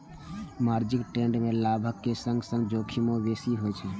margin trade मे लाभक संग संग जोखिमो बेसी होइ छै